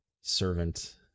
servant